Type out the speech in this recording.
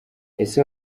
ese